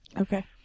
Okay